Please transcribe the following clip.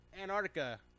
Antarctica